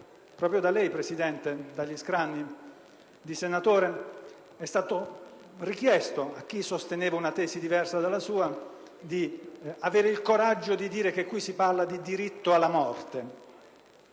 proprio da lei, Presidente, dagli scranni di senatore, é stato richiesto a chi sosteneva una tesi diversa dalla sua di avere il coraggio di dire che qui si parla di «diritto alla morte».